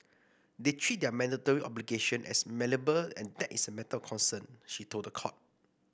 they treat their mandatory obligation as malleable and that is a matter of concern she told the court